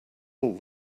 all